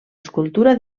escultura